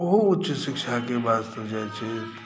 ओहो उच्च शिक्षाके वास्ते जाइ छथि